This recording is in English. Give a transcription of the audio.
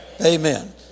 amen